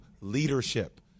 leadership